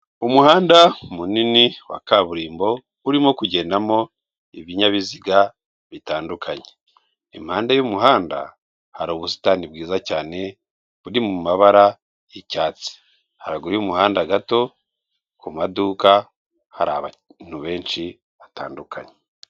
Umuhanda munini wa kaburimbo, urimo kugendamo ibinyabiziga bitandukanye. Impande y'umuhanda hari ubusitani bwiza cyane buri mu mabara y'icyatsi. Haraguru y'umuhanda gato ku maduka hari abantu benshi batandukanye.